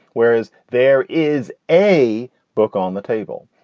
whereas there is a book on the table.